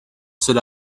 sit